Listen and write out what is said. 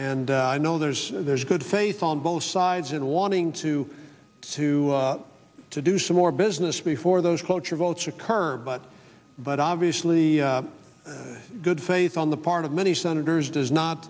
and i know there's there's good faith on both sides in wanting to sue to do some more business before those cloture votes occur but but obviously good faith on the part of many senators does not